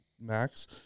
max